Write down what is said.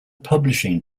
publishing